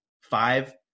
five